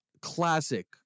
classic